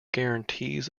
guarantees